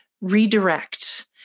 redirect